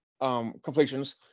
completions